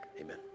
Amen